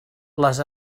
les